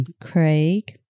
Craig